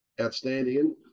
outstanding